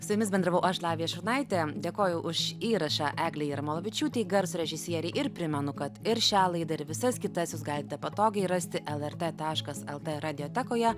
su jumis bendravau aš lavija šurnaitė dėkoju už įrašą eglei jarmalavičiūtei garso režisierei ir primenu kad ir šią laidą ir visas kitas jūs galite patogiai rasti lrt taškas lt radiotekoje